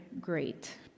great